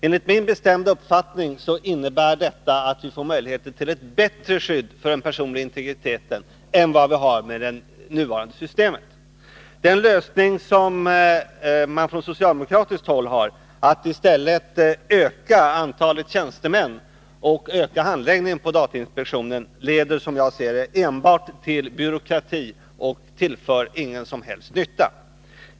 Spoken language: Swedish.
Enligt min bestämda uppfattning innebär detta att vi får möjlighet till ett bättre skydd för den personliga integriteten än vad vi har med det nuvarande systemet. Den lösning som man från socialdemokratiskt håll har, att i stället öka antalet tjänstemän och öka handläggningen på datainspektionen, leder som jag ser det enbart till byråkrati och är till ingen som helst nytta.